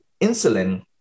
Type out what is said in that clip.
insulin